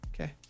Okay